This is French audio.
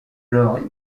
leur